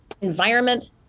environment